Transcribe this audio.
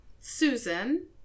Susan